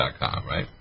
right